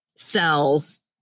Cells